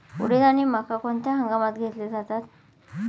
उडीद आणि मका कोणत्या हंगामात घेतले जातात?